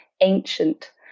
ancient